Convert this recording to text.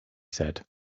said